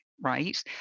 right